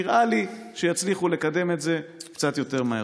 נראה לי שיצליחו לקדם את זה קצת יותר מהר.